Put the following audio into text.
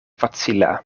facila